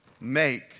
Make